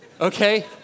okay